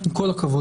עם כל הכבוד,